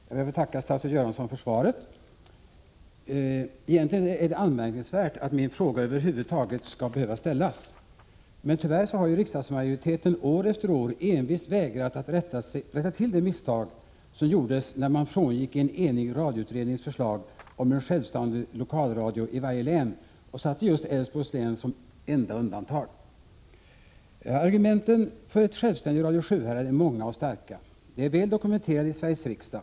Herr talman! Jag ber att få tacka statsrådet Göransson för svaret. Egentligen är det anmärkningsvärt att en fråga som denna över huvud taget skall behöva ställas. Men tyvärr har en riksdagsmajoritet år efter år envist vägrat att rätta till det misstag som gjordes när man frångick en enig radioutrednings förslag om en självständig lokalradio i varje län och satte just Älvsborgs län som enda län på undantag. Argumenten för ett självständigt Radio Sjuhärad är många och starka. De är väl dokumenterade i Sveriges riksdag.